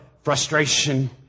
frustration